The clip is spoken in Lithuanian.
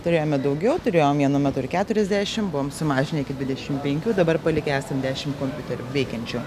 turėjome daugiau turėjom vienu metu ir keturiasdešimt buvom sumažinę iki dvidešimt penkių dabar palikę esam dešimt kompiuterių veikiančių